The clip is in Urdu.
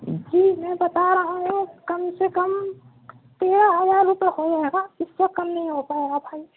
جی میں بتا رہا ہوں کم سے کم تیرہ ہزار روپئے ہو جائے گا اس سے کم نہیں ہو پائے گا بھائی